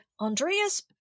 Andreas